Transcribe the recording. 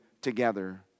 together